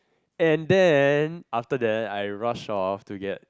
and then after that I rush off to get